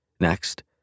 Next